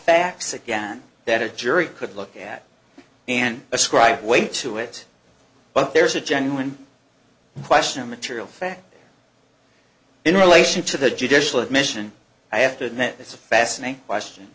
facts again that a jury could look at in a scribed way to it but there's a genuine question of material fact in relation to the judicial admission i have to admit it's a fascinating question